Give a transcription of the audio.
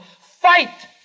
fight